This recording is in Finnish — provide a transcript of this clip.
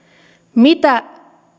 mitä